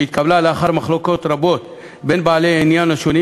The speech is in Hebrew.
שהתקבלה לאחר מחלוקות רבות בין בעלי העניין השונים,